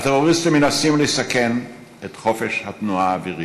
הטרוריסטים מנסים לסכן את חופש התנועה האווירית.